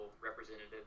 representative